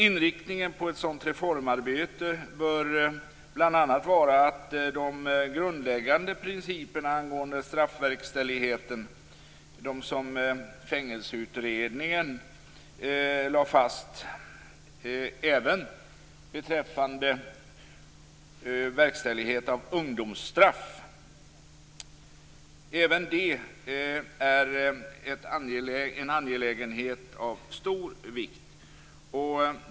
Inriktningen på ett sådant reformarbete bör bl.a. vara att de grundläggande principerna angående straffverkställigheten som Fängelseutredningen lade fast även beträffande verkställighet av ungdomsstraff är en angelägenhet av stor vikt.